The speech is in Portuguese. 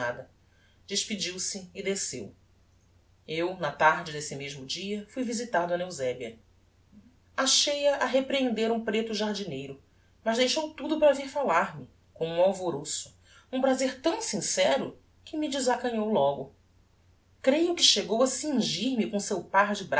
nada despediu-se e desceu eu na tarde desse mesmo dia fui visitar d eusebia achei-a a reprehender um preto jardineiro mas deixou tudo para vir fallar me com um alvoroço um prazer tão sincero que me desacanhou logo creio que chegou a cingir me com o seu par